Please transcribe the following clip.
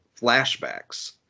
flashbacks